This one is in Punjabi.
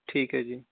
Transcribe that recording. ਠੀਕ ਹੈ ਜੀ